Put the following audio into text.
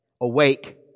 awake